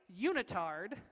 unitard